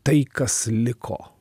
tai kas liko